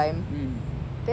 mm mm